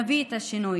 נביא את השינוי.